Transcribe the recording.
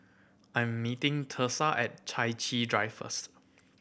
I'm meeting Thursa at Chai Chee Drive first